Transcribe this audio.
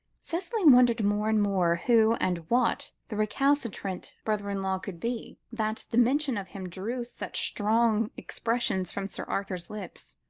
cicely wondered more and more who and what the recalcitrant brother-in-law could be, that the mention of him drew such strong expressions from sir arthur's lips,